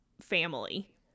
family